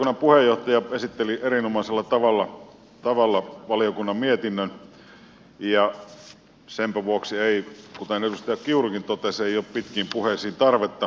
valiokunnan puheenjohtaja esitteli erinomaisella tavalla valiokunnan mietinnön ja senpä vuoksi ei kuten edustaja kiurukin totesi ole pitkiin puheisiin tarvetta